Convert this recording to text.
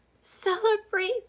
celebrate